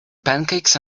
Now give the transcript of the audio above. pancakes